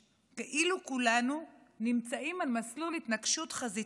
כאילו כולנו נמצאים על מסלול של התנגשות חזיתית.